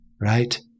right